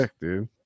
dude